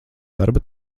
darba